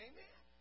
Amen